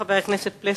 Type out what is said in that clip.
חבר הכנסת יוחנן פלסנר.